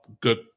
good